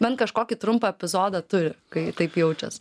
bent kažkokį trumpą epizodą turi kai taip jaučias